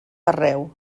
arreu